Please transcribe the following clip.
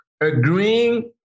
agreeing